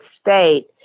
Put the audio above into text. state